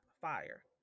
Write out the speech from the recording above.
Fire